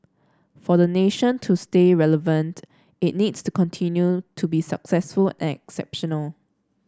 for the nation to stay relevant it needs to continue to be successful and exceptional